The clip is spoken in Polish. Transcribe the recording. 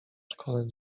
szkole